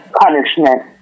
punishment